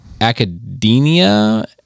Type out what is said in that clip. academia